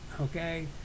okay